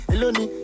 Eloni